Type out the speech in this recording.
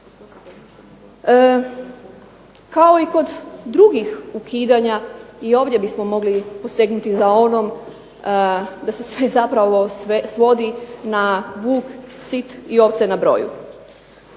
Kao i kod drugih ukidanja ovdje bismo mogli posegnuti za onom da se sve zapravo svodi na vuk sit i ovce na broju.